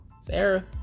Sarah